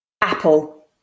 Apple